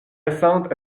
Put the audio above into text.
récentes